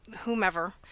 whomever